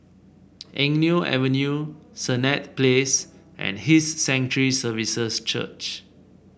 Eng Neo Avenue Senett Place and His Sanctuary Services Church